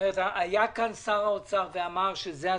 היה כאן שר האוצר ואמר שזה הסיכום.